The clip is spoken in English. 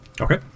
Okay